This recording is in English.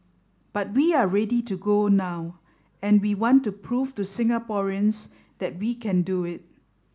but we are ready to go now and we want to prove to Singaporeans that we can do it